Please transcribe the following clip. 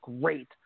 great